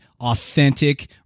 authentic